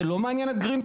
זה לא מעניין את גרינפיס?